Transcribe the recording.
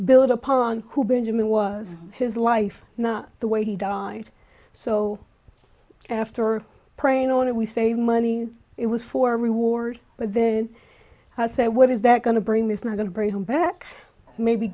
build upon who benjamin was his life not the way he died so after praying on it we saved money it was for reward but then i say what is that going to bring this not going to bring him back maybe